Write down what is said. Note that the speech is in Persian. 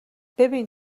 ببین